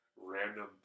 random